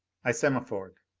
i semaphored